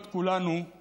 האמיתית שלהם.